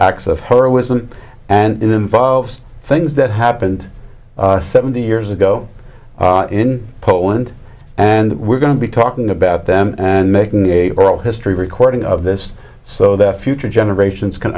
acts of heroism and it involves things that happened seventy years ago in poland and we're going to be talking about them and making a oral history recording of this so that future generations can